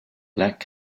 black